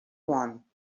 one